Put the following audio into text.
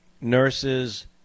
nurses